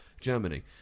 Germany